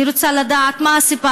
אני רוצה לדעת מה הסיבה.